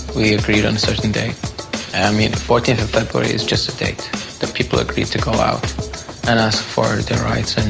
we agreed on a certain date. i mean, fourteenth of february is just a date that people agreed to go out and ask for their rights and